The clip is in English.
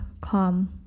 calm